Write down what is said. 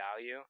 value